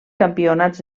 campionats